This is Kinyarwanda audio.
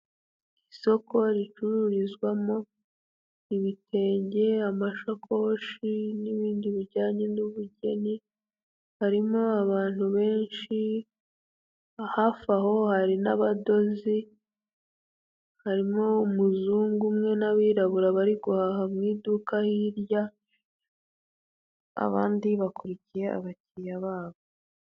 isoko ricururizwamo ibitenge, amashakoshi n'ibindi bijyanye n'ubugeni, harimo abantu benshi hafi aho hari n'abadozi, harimo umuzungu umwe n'abirabura bari guhaha mu iduka hirya, abandi bakurikiye abakiriya babo.